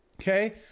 okay